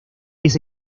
diez